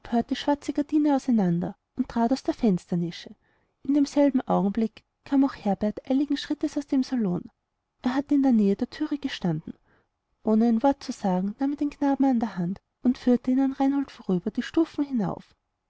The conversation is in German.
empört die schwarze gardine auseinander und trat aus der fensternische in demselben augenblick kam aber auch herbert eiligen schrittes aus dem salon er hatte in der nähe der thüre gestanden ohne ein wort zu sagen nahm er den knaben an der hand und führte ihn an reinhold vorüber die stufen hinauf